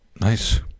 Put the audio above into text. nice